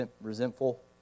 resentful